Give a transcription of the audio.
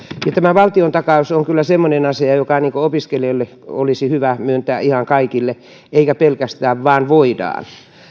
tämä valtiontakaus on kyllä semmoinen asia joka opiskelijoille olisi hyvä myöntää ihan kaikille eikä pelkästään vain voidaan